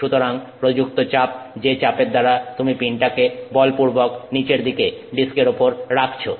সুতরাং প্রযুক্ত চাপ যে চাপের দ্বারা তুমি পিনটাকে বলপূর্বক নিচের দিকে ডিস্কের উপর রাখছো